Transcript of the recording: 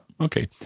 okay